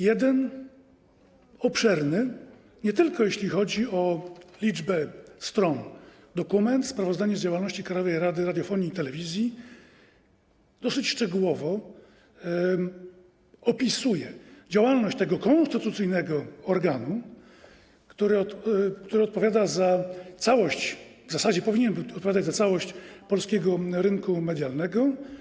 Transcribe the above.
Jeden, obszerny, nie tylko jeśli chodzi o liczbę stron, dokument, czyli sprawozdanie z działalności Krajowej Rady Radiofonii i Telewizji, dosyć szczegółowo opisuje działalność tego konstytucyjnego organu, który odpowiada, w zasadzie powinien odpowiadać za całość polskiego rynku medialnego.